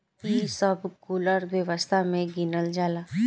ई सब कुल अर्थव्यवस्था मे गिनल जाला